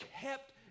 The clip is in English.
kept